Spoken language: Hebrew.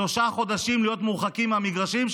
שלושה חודשים להיות מורחקים מהמגרשים,